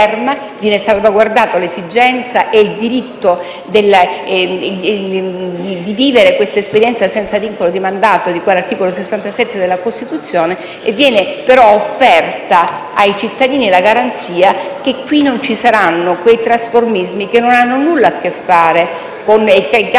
Vengono salvaguardati l'esigenza e il diritto di vivere quest'esperienza senza vincolo di mandato, di cui all'articolo 67 della Costituzione, ma viene però offerta ai cittadini la garanzia che qui non ci saranno quei trasformismi e quei cambiacasacca che nulla hanno a